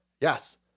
Yes